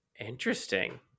Interesting